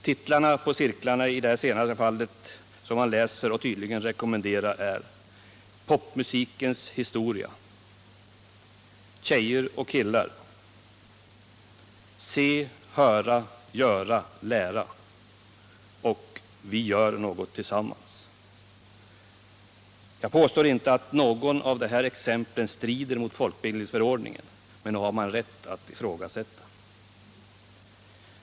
Titlarna på cirklarna, som man tydligen rekommenderar, är: ”Popmusikens historia”, ”Tjejer och killar”, ”Se, höra, göra, lära” och ”Vi gör något tillsammans”. Jag påstår inte att något av de här exemplen strider mot folkbildningsförordningen, men nog har man rätt att ifrågasätta dem.